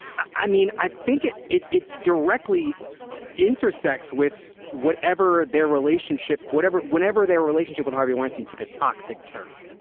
i mean i think it it it directly intersects with whatever their relationship whatever whenever their relationship with harvey weinstein took a toxic turn